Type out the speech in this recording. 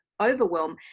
overwhelm